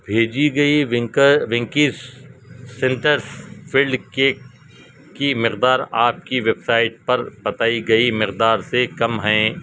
بھیجی گئی ونکیس سینٹر فلڈ کیک کی مقدار آپ کی ویب سائٹ پر بتائی گئی مقدار سے کم ہیں